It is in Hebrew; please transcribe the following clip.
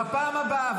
בפעם הבאה,